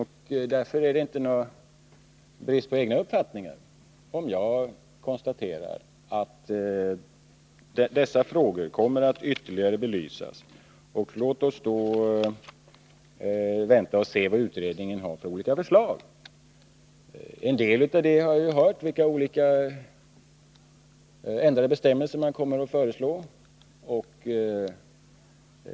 Därför är det inte någon brist på egna uppfattningar om jag konstaterar att dessa frågor kommer att ytterligare belysas. Låt oss då vänta och se vad utredningen har för olika förslag. Till en del har vi hört vilka olika ändrade bestämmelser man kommer att föreslå.